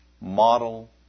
model